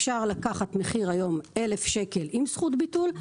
אפשר לקחת היום מחיר של 1,000 שקל עם זכות ביטול,